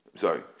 Sorry